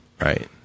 Right